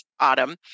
Autumn